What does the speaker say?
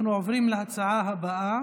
אנחנו עוברים להצעה הבאה,